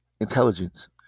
intelligence